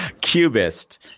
Cubist